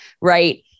right